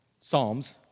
Psalms